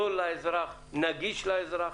זול לאזרח, נגיש לאזרח.